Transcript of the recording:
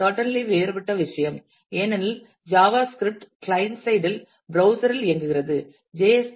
B certainly வேறுபட்ட விஷயம் ஏனெனில் ஜாவா ஸ்கிரிப்ட் கிளையன்ட் சைட் இல் ப்ரௌஸ்சர் இல் இயங்குகிறது ஜே